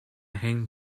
hang